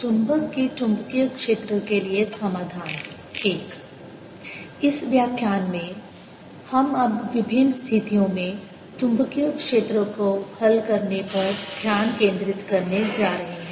चुंबक के चुंबकीय क्षेत्र के लिए समाधान I इस व्याख्यान में हम अब विभिन्न स्थितियों में चुंबकीय क्षेत्र को हल करने पर ध्यान केंद्रित करने जा रहे हैं